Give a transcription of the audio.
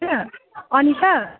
होइन अनिता